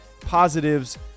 positives